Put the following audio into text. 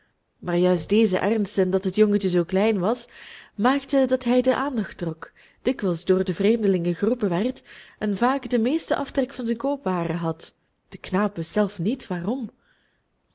maar juist deze ernst en dat het jongentje zoo klein was maakte dat hij de aandacht trok dikwijls door de vreemdelingen geroepen werd en vaak den meesten aftrek van zijn koopwaren had de knaap wist zelf niet waarom